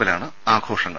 മ്പിലാണ് ആഘോഷങ്ങൾ